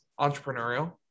Entrepreneurial